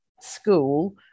school